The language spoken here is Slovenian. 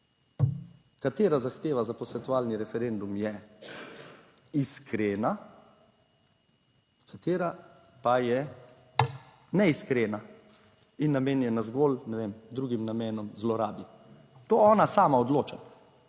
katera zahteva za posvetovalni referendum je iskrena, katera pa je neiskrena in namenjena zgolj, ne vem, drugim namenom, zlorabi. To ona sama odloča.